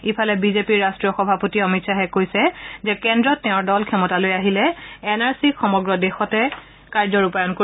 ইফালে বিজেপিৰ ৰাষ্ট্ৰীয় সভাপতি অমিত খাহে কৈছে যে কেন্দ্ৰত তেওঁৰ দল ক্ষমতালৈ আহিলে এন আৰ চিক সমগ্ৰ দেশতে কাৰ্যত ৰূপায়ণ কৰিব